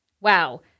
Wow